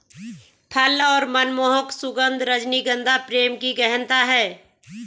फल और मनमोहक सुगन्ध, रजनीगंधा प्रेम की गहनता है